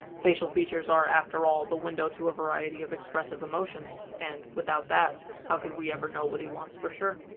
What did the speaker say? facial features are, after all, the window to a variety of expressive emotions. and, without that, how can we ever know what he wants for sure?